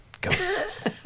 Ghosts